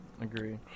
agree